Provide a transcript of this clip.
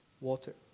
water